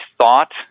thought